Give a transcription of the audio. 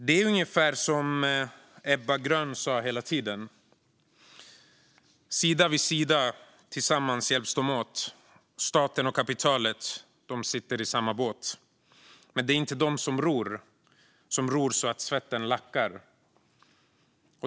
Det är ungefär som Ebba Grön sa hela tiden. Sida vid sida, tillsammans hjälps dom åtstaten och kapitalet, dom sitter i samma båtfast det är inte dom som ror, som ror så att svetten lackar.